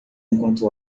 enquanto